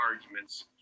arguments